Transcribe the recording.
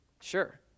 sure